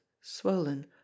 swollen